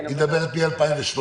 היא מדברת מ-2013.